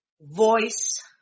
voice